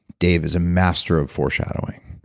dave is a master of foreshadowing,